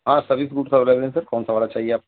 ہاں سبھی fruit available ہیں سر کون سا والا چاہیے آپ